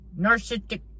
narcissistic